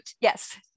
yes